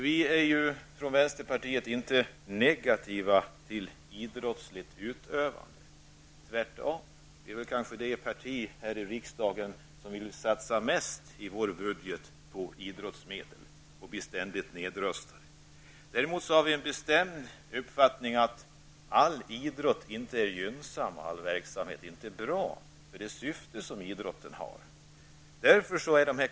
Vi från vänsterpartiet är inte negativa till idrottsligt utövande. Vi tillhör tvärtom det parti här i riksdagen som vill satsa mest medel i budgeten på idrotten, och vi blir ständigt nedröstade. Däremot har vi den bestämda uppfattningen att all idrott inte är gynnsam och att all verksamhet inte är bra för idrottens syfte.